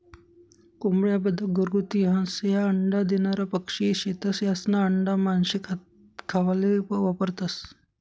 कोंबड्या, बदक, घरगुती हंस, ह्या अंडा देनारा पक्शी शेतस, यास्ना आंडा मानशे खावाले वापरतंस